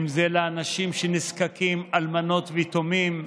אם זה לאנשים שנזקקים, אלמנות ויתומים,